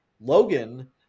Logan